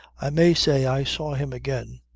i may say i saw him again,